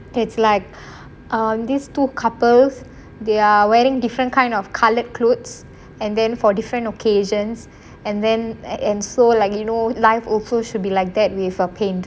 it's like um these two couples they are wearing different kind of colored clothes and then for different occasions and then and so like you know life also should be like that with a paint